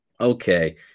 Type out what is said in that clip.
okay